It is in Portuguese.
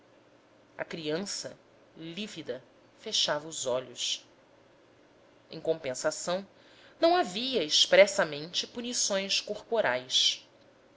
cara a criança lívida fechava os olhos em compensação não havia expressa mente punições corporais